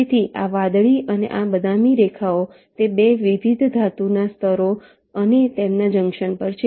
તેથી આ વાદળી અને આ બદામી રેખાઓ તે 2 વિવિધ ધાતુના સ્તરો અને તેમના જંકશન પર છે